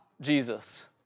Jesus